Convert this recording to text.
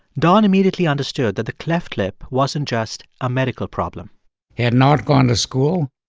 don immediately understood that the cleft lip wasn't just a medical problem he had not gone to school.